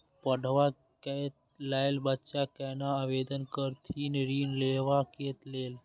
पढ़वा कै लैल बच्चा कैना आवेदन करथिन ऋण लेवा के लेल?